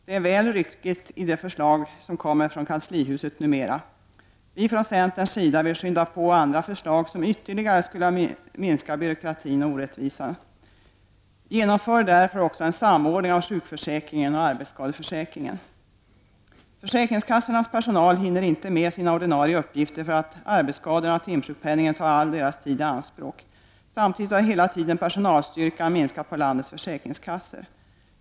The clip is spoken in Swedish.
Det är väl mycket av ryckighet i de förslag som kommer från kanslihuset numera. Vi från centern vill skynda på andra förslag som ytterligare skulle minska byråkrati och orättvisa. Genomför därför också en samordning av sjukförsäkringen och arbetsskadeförsäkringen! Försäkringskassornas personal hinner inte med sina ordinarie uppgifter för att arbetsskadorna och timsjukpenningen tar all dess tid i anspråk. Samtidigt har hela tiden personalstyrkan minskat på landets försäkringskassor.